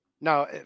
now